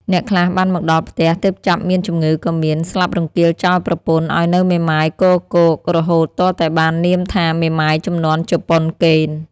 អ្នកខ្លះបានមកដល់ផ្ទះ ទើបចាប់មានជំងឺក៏មាន ស្លាប់រង្គាលចោលប្រពន្ធ ឲ្យនៅមេម៉ាយគគោក រហូតទាល់តែបាននាមថា "មេម៉ាយជំនាន់ជប៉ុនកេណ្ឌ"